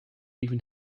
even